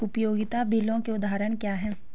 उपयोगिता बिलों के उदाहरण क्या हैं?